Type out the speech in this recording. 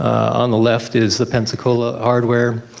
on the left is the pensacola hardware.